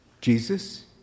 Jesus